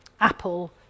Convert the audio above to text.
Apple